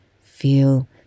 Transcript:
feel